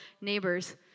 neighbors